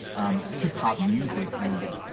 um, hip-hop music was,